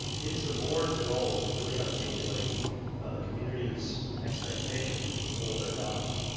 it is the board's role to really articulate the community's expectation for their college,